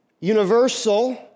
universal